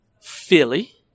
Philly